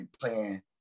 playing